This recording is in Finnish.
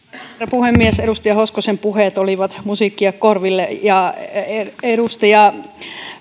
puhemies edustaja hoskosen puheet olivat musiikkia korville ja edustaja